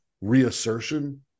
reassertion